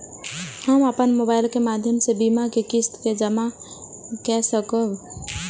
हम अपन मोबाइल के माध्यम से बीमा के किस्त के जमा कै सकब?